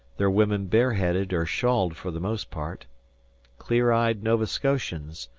their women bare-headed or shawled for the most part clear-eyed nova scotians,